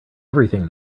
everything